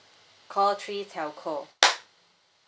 call three telco